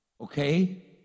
Okay